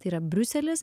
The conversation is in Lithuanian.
tai yra briuselis